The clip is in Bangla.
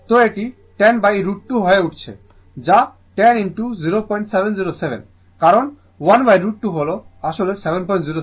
তো এটি 10√ 2 হয়ে উঠছে যা 10 0707 কারণ 1√ 2 হল আসলে 707